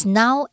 now